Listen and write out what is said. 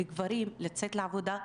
לגברים לצאת לעבודה.